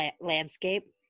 landscape